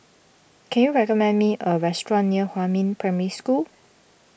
can you recommend me a restaurant near Huamin Primary School